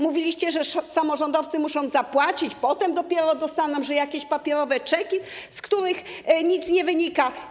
Mówiliście, że samorządowcy muszą zapłacić, że potem dopiero dostaną jakieś papierowe czeki, z których nic nie wynika.